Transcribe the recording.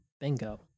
Bingo